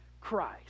Christ